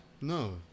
no